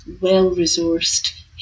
well-resourced